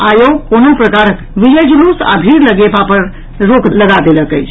आयोग कोनहुं प्रकारक विजय जुलूस आ भीड़ लगेबा पर रोक लगा देलक अछि